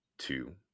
Two